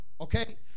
okay